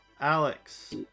Alex